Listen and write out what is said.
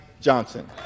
Johnson